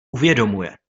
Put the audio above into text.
uvědomuje